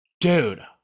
dude